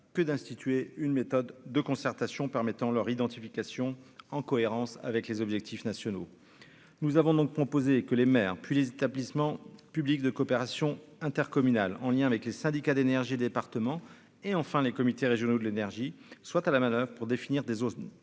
que d'instituer une méthode de concertation permettant leur identification, en cohérence avec les objectifs nationaux, nous avons donc proposé que les maires, puis les établissements publics de coopération intercommunale, en lien avec les syndicats d'énergie départements et enfin les comités régionaux de l'énergie, soit à la manoeuvre pour définir des